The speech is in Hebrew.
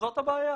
זאת הבעיה.